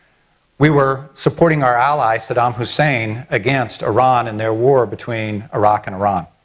we were supporting our ally, saddam hussein, against iran and their war between iraq and iran.